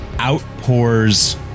outpours